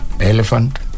elephant